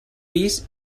pis